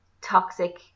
toxic